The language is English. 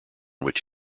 which